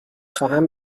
خواهم